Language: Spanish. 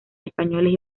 españoles